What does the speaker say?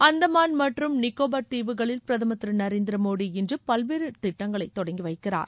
அந்தமான் மற்றும் நிக்கோபார் தீவுகளில் பிரதமர் திரு நரேந்திர மோடி இன்று பல்வேறு திட்டங்களை தொடங்கி வைக்கிறார்